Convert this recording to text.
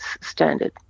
standard